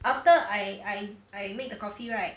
after I I I make the coffee right